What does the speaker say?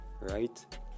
right